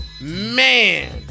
man